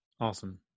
Awesome